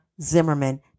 Zimmerman